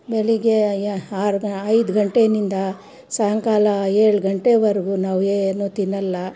ಬೆಳಗ್ಗೆ ಯ ಆರು ಐದು ಗಂಟೆಯಿಂದ ಸಾಯಂಕಾಲ ಏಳು ಗಂಟೆವರೆಗು ನಾವೇನು ತಿನ್ನಲ್ಲ